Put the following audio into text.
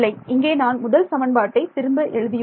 இங்கே நான் முதல் சமன்பாட்டை திரும்ப எழுதியுள்ளேன்